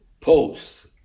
posts